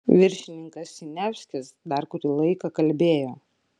viršininkas siniavskis dar kurį laiką kalbėjo